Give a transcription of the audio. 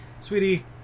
Sweetie